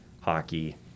hockey